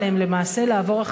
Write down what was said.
למעשה תהיה חובה עליהם לעבור,